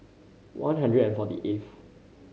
one hundred and forty eighth